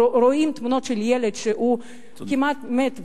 רואים תמונות של ילד שהוא כמעט מת,